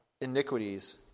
iniquities